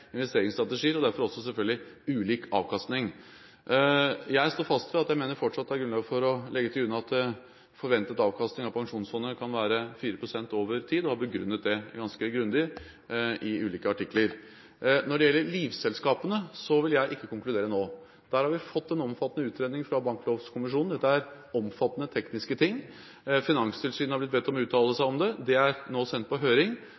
investeringsstrategier, og derfor selvfølgelig også ulik avkastning. Jeg står fast ved at det fortsatt er grunnlag for å legge til grunn at forventet avkastning av Pensjonsfondet kan være 4 pst. over tid, og jeg har begrunnet det ganske grundig i ulike artikler. Når det gjelder livselskapene, vil jeg ikke konkludere nå. Der har vi fått en omfattende utredning fra Banklovkommisjonen. Dette er omfattende tekniske ting. Finanstilsynet er bedt om å uttale seg om det, og det er nå sendt på høring.